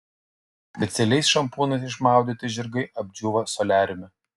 specialiais šampūnais išmaudyti žirgai apdžiūva soliariume